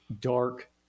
dark